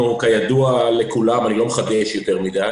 אנחנו, כידוע לכולם אני לא מחדש יותר מדי